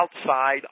outside